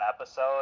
episode